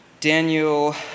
Daniel